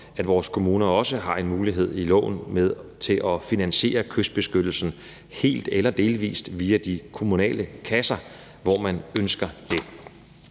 at vores kommuner har en mulighed i loven for at finansiere kystbeskyttelsen helt eller delvis via de kommunale kasser, hvor man ønsker det.